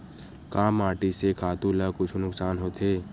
का माटी से खातु ला कुछु नुकसान होथे?